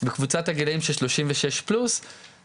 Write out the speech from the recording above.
בקבוצת הגילאים של שלושים ושש פלוס,